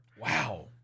Wow